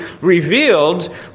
revealed